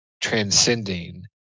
transcending